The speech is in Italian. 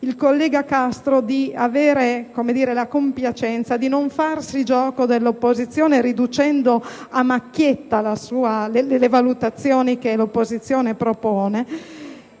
il collega Castro di avere la compiacenza di non prendersi gioco dell'opposizione riducendo a macchietta le valutazioni che l'opposizione propone,